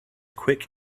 quick